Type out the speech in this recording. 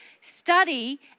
study